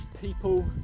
people